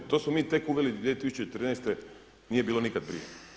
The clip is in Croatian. To smo mi tek uveli 2014. nije bilo nikad prije.